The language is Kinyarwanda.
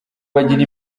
bagira